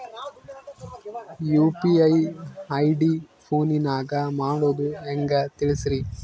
UPI ID ಫೋನಿನಾಗ ಮಾಡೋದು ಹೆಂಗ ತಿಳಿಸ್ರಿ?